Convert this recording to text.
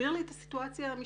תסביר לי את הסיטואציה המשפטית.